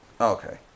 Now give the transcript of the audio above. Okay